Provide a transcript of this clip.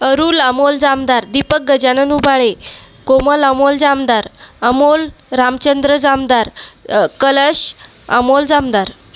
Arul Amol Jamdar Deepak Gajanan Ubale Komal Amol Jamdar Amol Ramchandra Jamdar Kalash Amol Jamdar